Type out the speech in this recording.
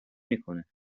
میکنه